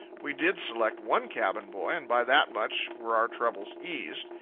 we did select one cabin-boy, and by that much were our troubles eased.